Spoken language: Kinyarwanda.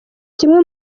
kimwe